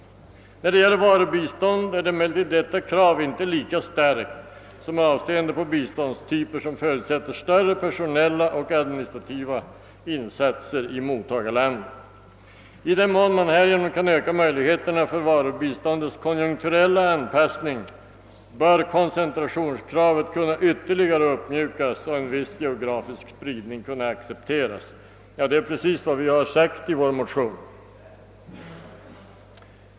När det gäller varubistånd är emellertid detta krav inte lika starkt som med avseende på biståndstyper som förutsätter större personella och administrativa insatser i mottagarlandet. I den mån man härigenom kan öka möjligheterna i varubiståndets konjunkturella anpassning, bör koncentrationskravet kunna ytterligare uppmjukas och en viss geografisk spridning kunna accepteras.» Det är precis vad vi framhållit i vår motion.